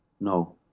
No